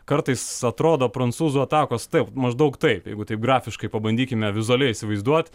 kartais atrodo prancūzų atakos taip maždaug taip jeigu taip grafiškai pabandykime vizualiai įsivaizduot